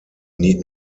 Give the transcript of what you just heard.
need